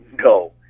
no